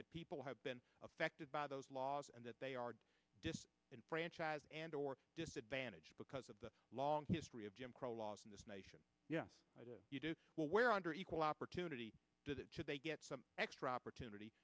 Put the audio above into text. that people have been affected by those laws and that they are just enfranchise and or disadvantaged because of the long history of jim crow laws in this nation yes you do well where under equal opportunity do that should they get some extra opportunity